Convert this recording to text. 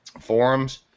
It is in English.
forums